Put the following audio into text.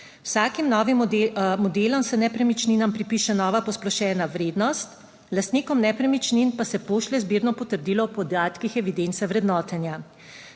vsakim novim modelom se nepremičninam pripiše nova posplošena vrednost, lastnikom nepremičnin pa se pošlje zbirno potrdilo o podatkih evidence vrednotenja.